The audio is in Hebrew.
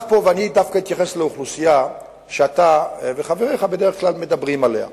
אני דווקא אתייחס לאוכלוסייה שאתה וחבריך בדרך כלל מדברים עליה,